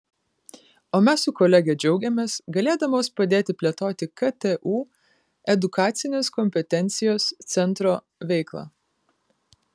o mes su kolege džiaugiamės galėdamos padėti plėtoti ktu edukacinės kompetencijos centro veiklą